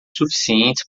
suficientes